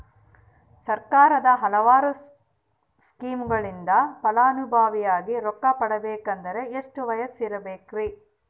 ಸರ್ಕಾರದ ಹಲವಾರು ಸ್ಕೇಮುಗಳಿಂದ ಫಲಾನುಭವಿಯಾಗಿ ರೊಕ್ಕ ಪಡಕೊಬೇಕಂದರೆ ಎಷ್ಟು ವಯಸ್ಸಿರಬೇಕ್ರಿ?